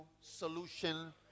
solution